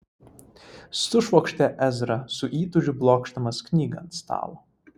sušvokštė ezra su įtūžiu blokšdamas knygą ant stalo